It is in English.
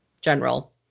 general